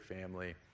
family